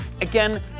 again